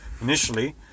initially